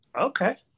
Okay